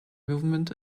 movement